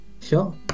Sure